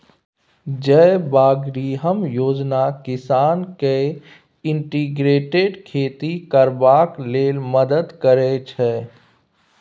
जयबागरिहम योजना किसान केँ इंटीग्रेटेड खेती करबाक लेल मदद करय छै